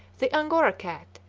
the angora cat,